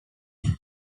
move